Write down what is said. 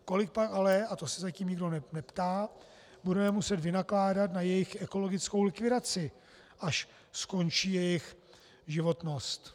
Kolik ale to se zatím nikdo neptá budeme muset vynakládat na jejich ekologickou likvidaci, až skončí jejich životnost.